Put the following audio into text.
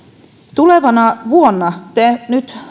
tulevana vuonna te